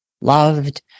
loved